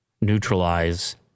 neutralize